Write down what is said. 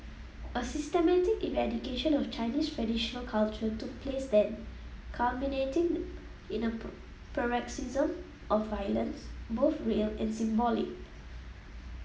a systematic eradication of Chinese traditional culture took place then culminating in a paroxysm of violence both real and symbolic